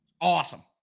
Awesome